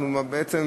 אנחנו בעצם